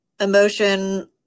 emotion